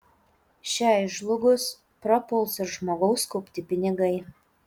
šiai žlugus prapuls ir žmogaus kaupti pinigai